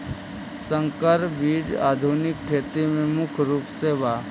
संकर बीज आधुनिक खेती में मुख्य रूप से बा